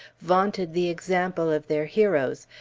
vaunted the example of their heroes,